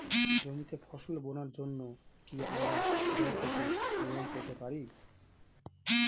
জমিতে ফসল বোনার জন্য কি আমরা ব্যঙ্ক থেকে লোন পেতে পারি?